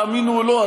תאמינו או לא,